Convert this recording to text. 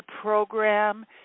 program